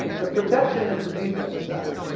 the protection is the defense side.